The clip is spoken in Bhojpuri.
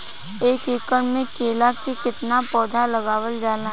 एक एकड़ में केला के कितना पौधा लगावल जाला?